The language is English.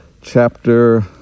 chapter